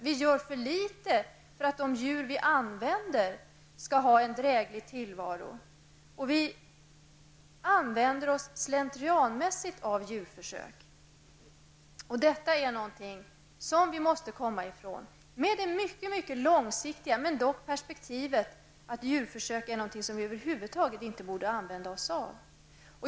Det görs för litet för att de djur som används får en dräglig tillvaro. Dessutom använder vi oss slentrianmässigt av djurförsök. Detta är någonting som vi måste komma ifrån. Vi måste se detta i det i och för sig mycket långsiktiga perspektivet, men det är dock ett perspektiv, att djurförsök är någonting som vi över huvud taget inte borde använda oss av.